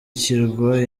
kirwa